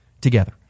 together